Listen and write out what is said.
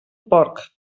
porc